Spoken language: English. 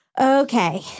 Okay